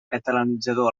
catalanitzador